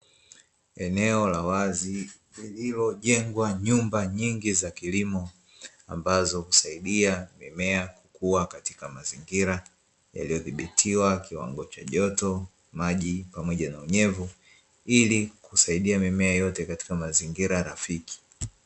Eneo la wazi lililojengwa nyumba nyingi za kilimo ambazo husaidia mimea kukua katika mazingira yaliyodhibitiwa kiwango cha joto, maji pamoja na unyevu ili kusaidia mimea iote katika mazingira rafiki.